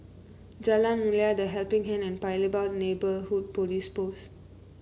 Jalan Mulia The Helping Hand and Paya Lebar Neighbourhood Police Post